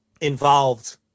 involved